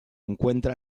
encuentra